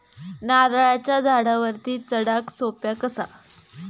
नारळाच्या झाडावरती चडाक सोप्या कसा?